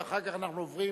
ואחר כך אנחנו עוברים